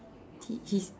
he he's